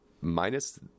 minus